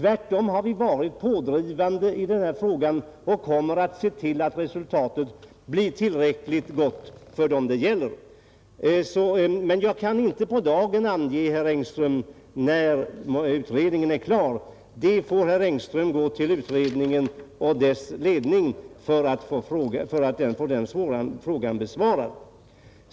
Vi har tvärtom varit pådrivande i denna fråga, och vi kommer att se till att resultatet blir gott för dem det gäller. Men jag kan inte på dagen ange när utredningen kommer att vara klar. Herr Engström får gå till utredningen och dess ledning för att få den frågan besvarad.